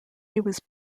was